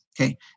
Okay